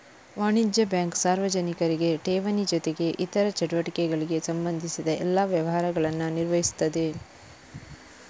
ವಾಣಿಜ್ಯ ಬ್ಯಾಂಕು ಸಾರ್ವಜನಿಕರಿಗೆ ಠೇವಣಿ ಜೊತೆಗೆ ಇತರ ಚಟುವಟಿಕೆಗಳಿಗೆ ಸಂಬಂಧಿಸಿದ ಎಲ್ಲಾ ವ್ಯವಹಾರಗಳನ್ನ ನಿರ್ವಹಿಸ್ತದೆ